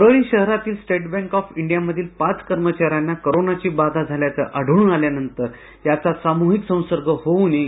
परळी शहरातील State Bank of India मधील पाच कर्मचारयाना कोरोनाची बाधा झाल्ताचं आढळून आल्या नंतर याचा सामुहिक संसर्ग होऊ नये